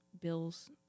bills